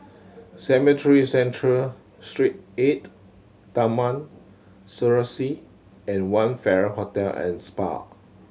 Cemetry Central Street Eight Taman Serasi and One Farrer Hotel and Spa